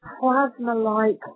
plasma-like